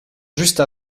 juste